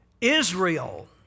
Israel